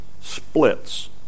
splits